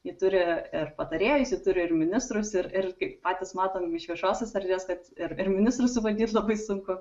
ji turi ir patarėjus ji turi ir ministrus ir kaip patys matom iš viešosios erdvės kad ir ir ministrą suvaldyt labai sunku